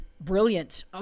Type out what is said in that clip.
brilliant